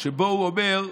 שבו הוא אומר: